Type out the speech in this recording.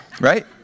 Right